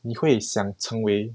你会想成为